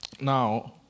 Now